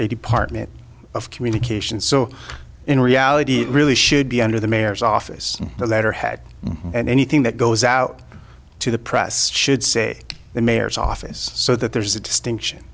a department of communications so in reality it really should be under the mayor's office letterhead and anything that goes out to the press should say the mayor's office so that there's a distinction